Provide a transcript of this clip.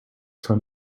from